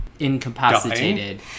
incapacitated